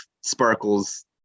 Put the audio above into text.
sparkles